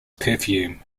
perfume